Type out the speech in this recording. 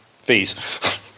fees